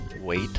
wait